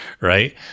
right